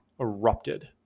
erupted